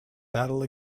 battle